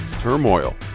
turmoil